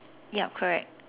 yup correct